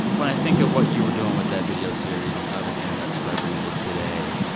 when i think of what you were doing with that video series and other internet celebrities of today,